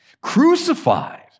crucified